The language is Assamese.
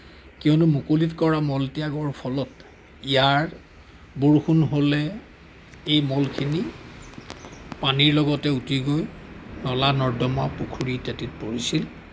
কিয়নো মুকলিত কৰা মলত্যাগৰ ফলত ইয়াৰ বৰষুণ হ'লে এই মলখিনি পানীৰ লগতে উটি গৈ নলা নৰ্দমা পুখুৰী ইত্যাদিত পৰিছিল